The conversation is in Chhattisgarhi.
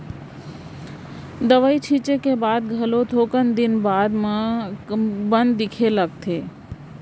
दवई छींचे के बाद घलो थोकन दिन बाद म बन दिखे ल धर लेथे